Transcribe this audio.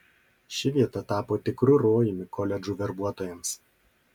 ši vieta tapo tikru rojumi koledžų verbuotojams